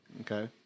Okay